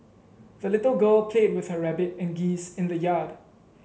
the little girl played with her rabbit and geese in the yard